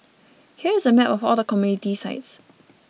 here is a map of all the community sites